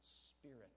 spirit